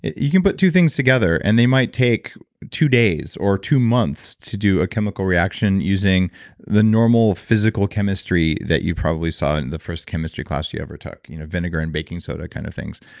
you can put two things together, and they might take two days or two months to do a chemical reaction using the normal physical chemistry that you probably saw in the first chemistry class you ever took, you know vinegar and baking soda kind of things.